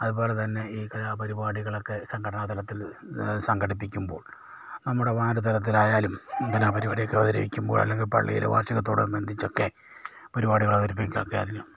അതുപോലെ തന്നെ ഈ കലാപരിപാടികളൊക്കെ സംഘടനാ തലത്തിൽ സംഘടിപ്പിക്കുമ്പോൾ നമ്മുടെ വാർഡ് തലത്തിലായാലും കലാപരിപാടികളൊക്കെ അവതരിപ്പിക്കുമ്പോൾ അല്ലെങ്കിൽ പള്ളിയിൽ വാർഷികത്തോട് അനുബന്ധിച്ചൊക്കെ പരിപാടികൾ അവതരിപ്പിക്കുക ആണേലും